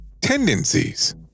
tendencies